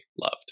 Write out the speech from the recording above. loved